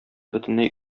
бөтенләй